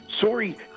Sorry